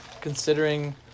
considering